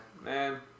Man